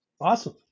awesome